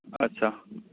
अच्छा